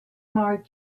mark